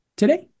today